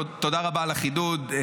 תודה רבה על החידוד,